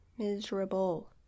miserable